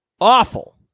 awful